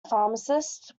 pharmacist